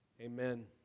Amen